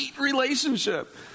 relationship